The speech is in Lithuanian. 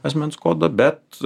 asmens kodo bet